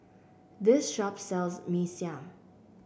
this shop sells Mee Siam